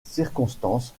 circonstances